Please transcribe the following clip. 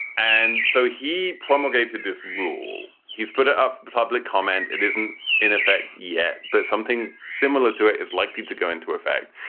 and so he promulgated this rule. he's put it up for public comment. it isn't in effect yet, but something similar to it is likely to go into effect.